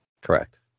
Correct